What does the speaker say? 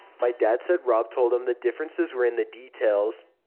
my dad said rob told him the differences were in the details.